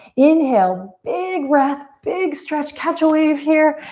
inhale, big breath, big stretch, catch a wave here.